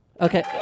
Okay